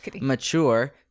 mature